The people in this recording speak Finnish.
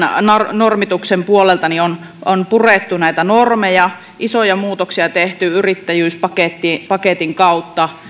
normituksen puolelta on on purettu näitä normeja isoja muutoksia tehty yrittäjyyspaketin kautta